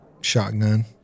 Shotgun